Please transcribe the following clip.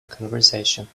conversation